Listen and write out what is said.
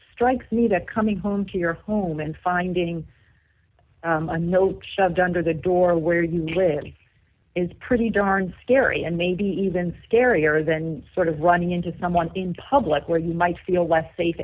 strikes me that coming home to your home and finding a note shoved under the door where you live is pretty darn scary and maybe even scarier than sort of running into someone in public where you might feel less safe